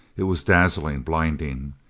it was dazzling, blinding.